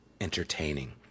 entertaining